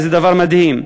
וזה דבר מדהים,